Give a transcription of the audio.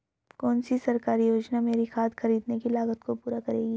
कौन सी सरकारी योजना मेरी खाद खरीदने की लागत को पूरा करेगी?